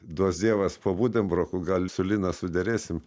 duos dievas po budenbrokų gali su lina suderėsim